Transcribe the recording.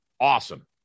Awesome